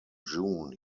june